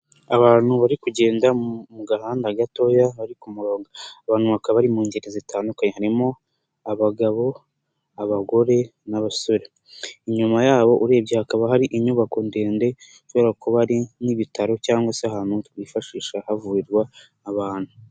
aAbantu bari kugenda mu gahanda gatoya bari ku murongo. Abo bantu bakaba bari mu ngeri zitandukanye. Harimo abagabo, abagore n'abasore. Inyuma yabo urebye hakaba hari inyubako ndende ishobora kuba ari nk'ibitaro cyangwa se ahantu twifashisha havurirwa abantu.